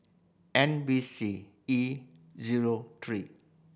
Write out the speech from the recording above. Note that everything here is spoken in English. N B C E zero three